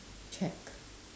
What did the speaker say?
check